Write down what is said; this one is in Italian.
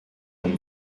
non